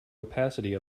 opacity